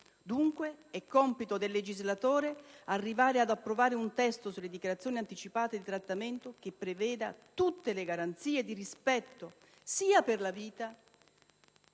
Dunque, è compito del legislatore arrivare ad approvare un testo sulle dichiarazioni anticipate di trattamento che preveda tutte le garanzie di rispetto, sia per la vita